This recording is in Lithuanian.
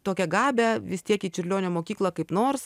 tokią gabią vis tiek į čiurlionio mokyklą kaip nors